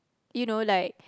you know like